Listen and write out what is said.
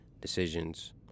decisions